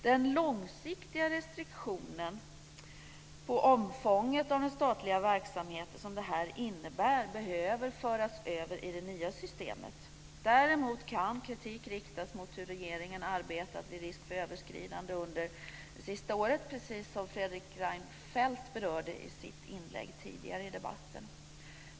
Den långsiktiga restriktionen på omfånget av den statliga verksamheten som detta innebär behöver föras över i det nya systemet. Däremot kan kritik riktas mot hur regeringen arbetat vid risk för överskridande under det sista året, precis som Fredrik Reinfeldt berörde i sitt inlägg tidigare i debatten.